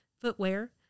footwear